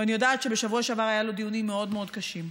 ואני יודעת שבשבוע שעבר היו לו דיונים מאוד מאוד קשים.